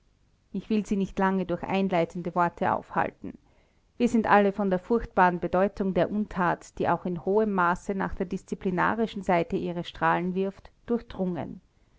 ich will sie nicht lange durch einleitende worte aufhalten wir sind alle von der furchtbaren bedeutung der untat die auch in hohem maße nach der disziplinarischen seite ihre strahlen wirft durchdrungen